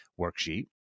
worksheet